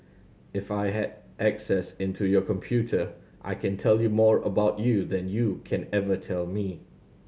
if I had access into your computer I can tell you more about you than you can ever tell me